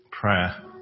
prayer